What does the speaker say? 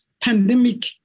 pandemic